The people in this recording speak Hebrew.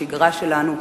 לשגרה שלנו,